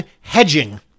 hedging